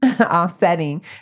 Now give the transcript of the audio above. offsetting